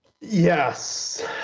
Yes